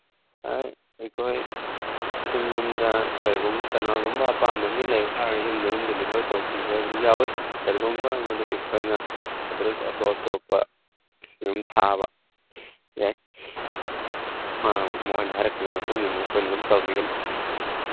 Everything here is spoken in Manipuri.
ꯑꯩ ꯑꯩꯈꯣꯏ ꯌꯨꯝ ꯌꯨꯝꯗ ꯀꯔꯤꯒꯨꯝꯕ ꯀꯅꯥꯒꯨꯝꯕ ꯑꯄꯥꯝꯕ ꯃꯤ ꯂꯩꯕ ꯇꯥꯔꯗꯤ ꯌꯨꯝꯗ ꯑꯗꯨꯝ ꯗꯤꯂꯤꯚꯔ ꯇꯧꯕꯤꯕ ꯑꯗꯨꯝ ꯌꯥꯎꯋꯤ ꯀꯔꯤꯒꯨꯝꯕ ꯑꯗꯨ ꯑꯩꯈꯣꯏꯅ ꯑꯦꯗ꯭ꯔꯦꯁ ꯑꯇꯣꯞ ꯑꯇꯣꯞꯄꯗꯁꯨ ꯑꯗꯨꯝ ꯊꯥꯕ ꯌꯥꯏ ꯃꯥ ꯃꯣꯏꯅ ꯍꯥꯏꯔꯛꯄꯒꯤ ꯃꯇꯨꯡꯏꯟꯅ ꯑꯩꯈꯣꯏꯅ ꯑꯗꯨꯝ ꯇꯧꯕꯤꯒꯅꯤ